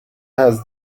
has